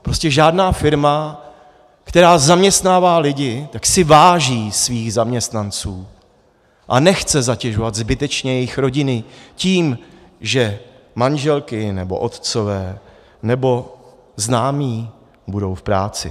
Prostě žádná firma, která zaměstnává lidi, tak si váží svých zaměstnanců a nechce zatěžovat zbytečně jejich rodiny tím, že manželky nebo otcové nebo známí budou v práci.